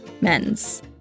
men's